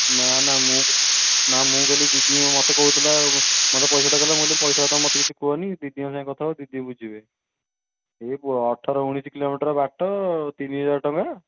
ନା ନା ମୁଁ କ ନା ମୁଁ କହିଲି ଦିଦିଙ୍କ ମୋତେ କହୁଥିଲା ମୋତେ ପଇସା କଥା କହିଲା ମୁଁ କହିଲି ପଇସା କଥା ମୋତେ କିଛି କୁହନି ଦିଦିଙ୍କ ସାଙ୍ଗେ କଥା ହୁଅ ଦିଦି ବୁଝିବେ ଏଇ ଅଠର ଉଣେଇଶ କିଲୋମିଟର ବାଟ ତିନିହଜାର ଟଙ୍କା